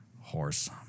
horse